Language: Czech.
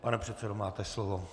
Pane předsedo, máte slovo.